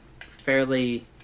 fairly